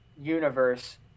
universe